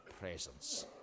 presence